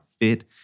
fit